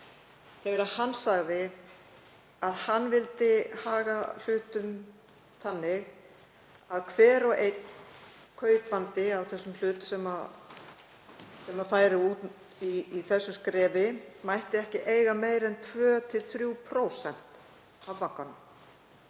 í þessari umræðu, að hann vildi haga hlutum þannig að hver og einn kaupandi að þessum hlut sem færi út í þessu skrefi, mætti ekki eiga meira en 2–3% í bankanum.